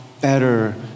better